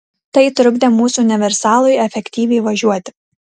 tai trukdė mūsų universalui efektyviai važiuoti